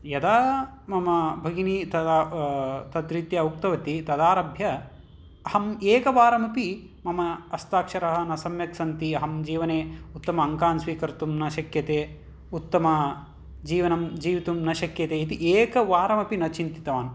यदा मम भगिनी तदा तद्रीत्या उक्तवती तदारभ्य अहम् एकवारमपि मम हस्ताक्षरः न सम्यक्सन्ति अहं जीवने उत्तम अङ्कान् स्वीकर्तुं न शक्यते उत्तमजीवनं जीवितुं न शक्यते इति एकवारमपि न चिन्तितवान्